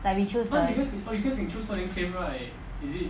like we choose the